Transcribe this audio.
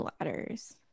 ladders